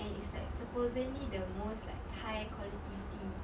and it's like supposedly the most like high quality tea